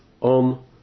on